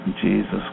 Jesus